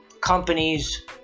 companies